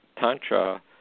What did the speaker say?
Tantra